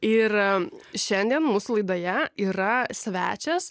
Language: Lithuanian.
yra šiandien mūsų laidoje yra svečias